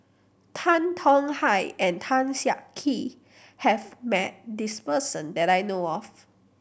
Tan Tong Hye and Tan Siak Kew has met this person that I know of